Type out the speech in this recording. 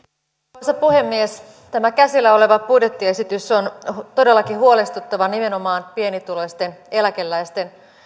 arvoisa puhemies tämä käsillä oleva budjettiesitys on todellakin huolestuttava nimenomaan pienituloisten eläkeläisten